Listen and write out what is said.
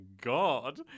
God